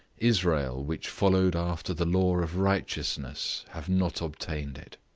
israel, which followed after the law of righteousness, have not obtained it.